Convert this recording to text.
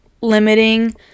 limiting